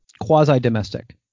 quasi-domestic